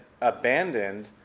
abandoned